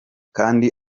kandi